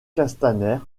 castaner